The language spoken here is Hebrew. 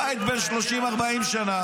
בית בן 30, 40 שנה.